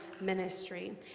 ministry